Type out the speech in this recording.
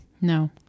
No